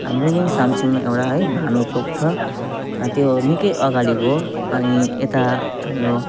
हाम्रो यहीँ साम्चीमा एउटा है भानु चोक छ त्यो निकै अगाडिको हो अनि यता हाम्रो